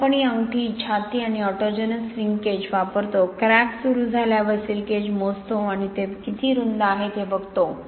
मग आपण ही अंगठी छाती आणि ऑटोजेनस श्रींकेज वापरतो क्रॅक सुरू झाल्यावर श्रींकेज मोजतो आणि ते किती रुंद आहेत हे बघतो